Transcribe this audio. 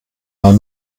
mal